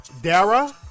dara